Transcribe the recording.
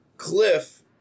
Cliff